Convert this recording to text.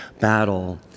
battle